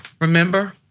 remember